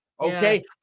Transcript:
Okay